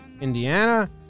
Indiana